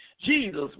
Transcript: Jesus